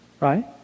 right